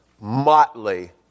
motley